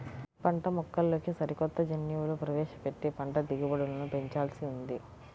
పంటమొక్కల్లోకి సరికొత్త జన్యువులు ప్రవేశపెట్టి పంట దిగుబడులను పెంచాల్సి ఉంది